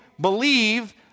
believe